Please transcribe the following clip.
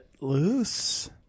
loose